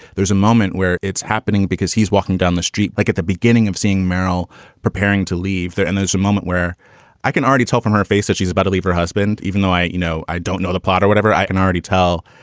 there's a moment where it's happening because he's walking down the street like at the beginning of seeing merrill preparing to leave there and there's a moment where i can already tell from her face that she's about to leave her husband. even though i you know, i don't know the plot or whatever, i can already tell.